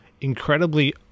incredibly